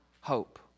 hope